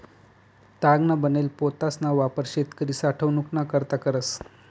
तागना बनेल पोतासना वापर शेतकरी साठवनूक ना करता करस